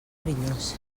perillós